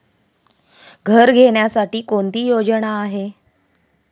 घर घेण्यासाठी कोणती योजना आहे?